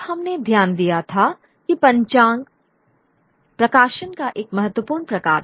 अब हमने ध्यान दिया था कि पंचांग प्रकाशन का एक महत्वपूर्ण प्रकार था